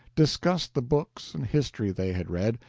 discussed the books and history they had read,